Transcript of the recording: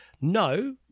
No